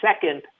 second